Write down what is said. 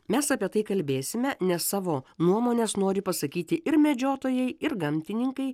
mes apie tai kalbėsime nes savo nuomones nori pasakyti ir medžiotojai ir gamtininkai